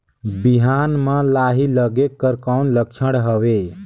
बिहान म लाही लगेक कर कौन लक्षण हवे?